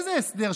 איזה הסדר?